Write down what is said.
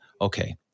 okay